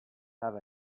have